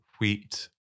wheat